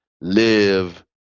live